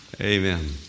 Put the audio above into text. Amen